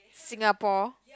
Singapore